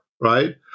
right